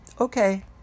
Okay